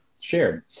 shared